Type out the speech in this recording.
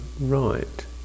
right